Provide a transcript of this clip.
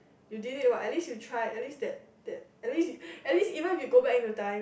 you did it at least you try at least that that at least you at least even you go back into time